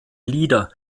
lieder